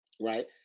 Right